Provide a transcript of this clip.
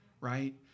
right